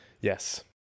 yes